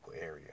area